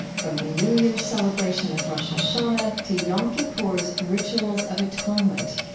from the new year celebration of rosh hashanah to yom kippur's rituals of atonement,